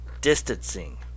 distancing